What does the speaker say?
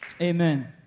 Amen